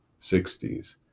60s